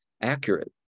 accurate